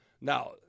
Now